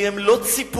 כי הם לא ציפו,